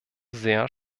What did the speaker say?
sehr